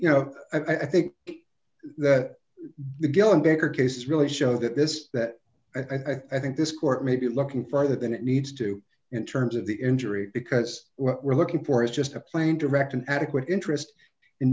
you know i think that the gun baker case really show that this that i think this court may be looking further than it needs to in terms of the injury because what we're looking for is just a plain direct and adequate interest in